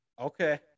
Okay